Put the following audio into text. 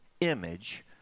image